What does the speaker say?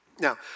Now